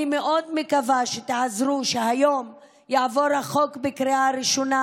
אני מאוד מקווה שתעזרו לכך שהחוק יעבור היום בקריאה ראשונה,